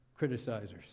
criticizers